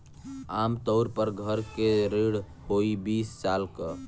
आम तउर पर घर के ऋण होइ बीस साल क